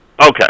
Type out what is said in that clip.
Okay